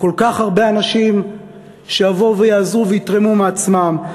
כל כך הרבה אנשים שיבואו ויעזרו ויתרמו מעצמם.